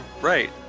Right